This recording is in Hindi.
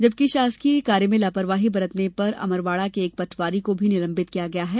वहीं शासकीय कार्य में लापरवाही बरतने पर अमरवाड़ा के एक पटवारी को निलंबित किया गया है